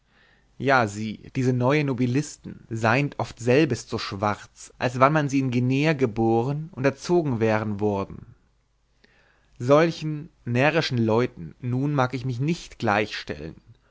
ja sie diese neue nobilisten seind oft selbest so schwarz als wann sie in guinea geboren und erzogen wären worden solchen närrischen leuten nun mag ich mich nicht gleichstellen